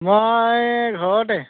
মই ঘৰতে